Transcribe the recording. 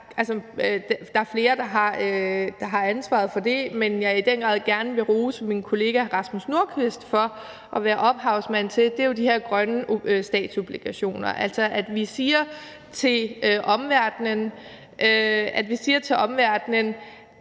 der er flere, der har ansvaret for det – gerne vil rose min kollega Rasmus Nordqvist for at være ophavsmand til, er jo de her grønne statsobligationer, altså at vi siger til omverdenen,